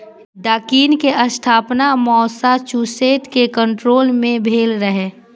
Dunkin के स्थापना Massachusetts के कैन्टोन मे भेल रहै